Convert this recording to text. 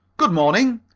good morning.